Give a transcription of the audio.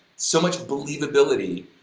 so much believability,